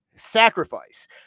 sacrifice